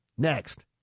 Next